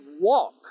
walk